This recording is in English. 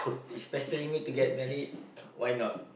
is pressing me to get married why not